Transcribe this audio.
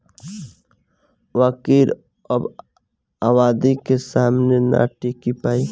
बाकिर अब आबादी के सामने ना टिकी पाई